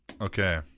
Okay